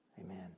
Amen